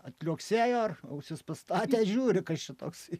atliuoksėjo ir ausis pastatęs žiūri kas čia toksai